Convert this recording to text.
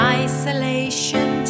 isolation